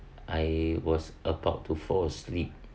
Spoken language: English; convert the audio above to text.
I was about to fall asleep